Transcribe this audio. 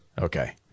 Okay